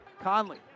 Conley